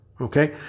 Okay